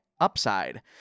Upside